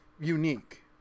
unique